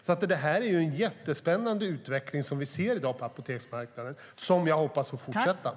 Vi ser i dag en jättespännande utveckling på apoteksmarknaden som jag hoppas får fortsätta.